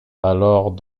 alors